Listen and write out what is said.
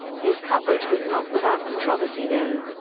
his coverage was not without controversy though.